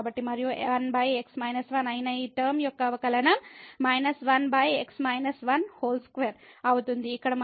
కాబట్టి మరియు 1x 1 అయిన ఈ టర్మ యొక్క అవకలనం 12 అవుతుంది ఇక్కడ మనకు 1x ఉంటుంది